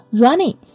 running